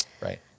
Right